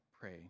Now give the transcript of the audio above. pray